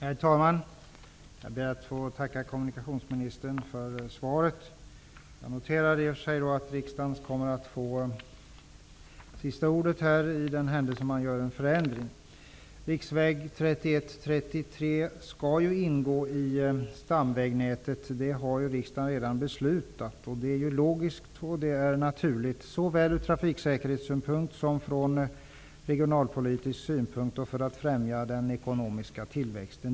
Herr talman! Jag ber att få tacka kommunikationsministern för svaret. Jag noterade i och för sig att riksdagen kommer att få sista ordet i den händelse man genomför en förändring. Riksväg 31/33 skall ingå i stamvägnätet. Det har riksdagen redan fattat beslut om. Det är logiskt och naturligt ur både trafiksäkerhetssynpunkt och regionalpolitisk synpunkt och för att främja den ekonomiska tillväxten.